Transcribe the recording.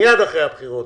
מיד אחרי הבחירות.